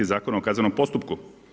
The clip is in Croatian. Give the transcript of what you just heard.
Zakona o kaznenom postupku.